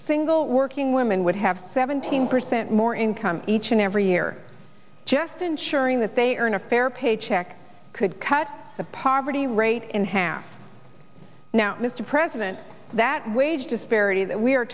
single working women would have seventeen percent more income each and every year just ensuring that they earn a fair paycheck could cut the poverty rate in half now mr president that wage disparity that we